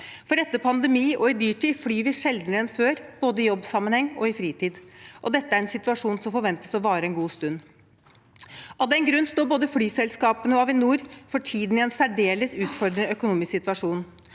For etter pandemien og i en dyrtid flyr vi sjeldnere enn før, både i jobbsammenheng og i fritiden, og dette er en situasjon som forventes å vare en god stund. Av den grunn står både flyselskapene og Avinor for tiden i en særdeles utfordrende økonomisk situasjon,